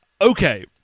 Okay